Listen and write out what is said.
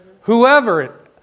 Whoever